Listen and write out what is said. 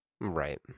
Right